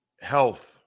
health